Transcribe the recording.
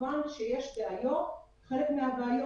יש הצעת חוק של חבר הכנסת קרעי.